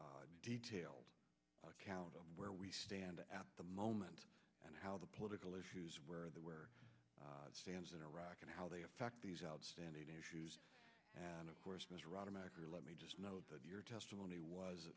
very detailed account of where we stand at the moment and how the political issues where the where stands in iraq and how they affect these outstanding issues and of course misrata matter let me just note that your testimony was